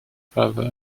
father